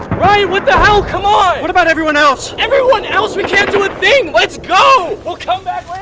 ryan, what the hell! come on! what about everyone else? everyone else! we can't do a thing! let's go! we'll come